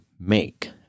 make